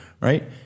right